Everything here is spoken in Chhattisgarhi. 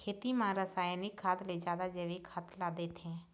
खेती म रसायनिक खाद ले जादा जैविक खाद ला देथे